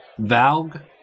Valg